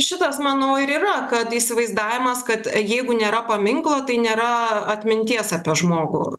šitas manau ir yra kad įsivaizdavimas kad jeigu nėra paminklo tai nėra aaa atminties apie žmogų